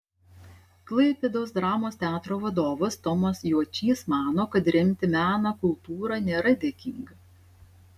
klaipėdos dramos teatro vadovas tomas juočys mano kad remti meną kultūrą nėra dėkinga